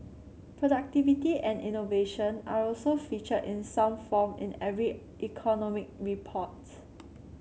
productivity and innovation are also featured in some form in every economic reports